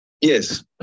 Yes